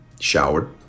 Showered